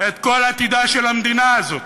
את כל עתידה של המדינה הזאת